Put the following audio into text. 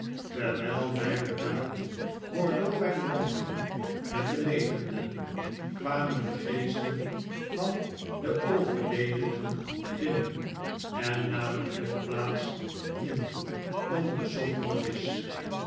terwijl wij bedaard bordeauxwijn dronken met de levenden kwamen de geesten van de overledenen binnen en namen hun plaats in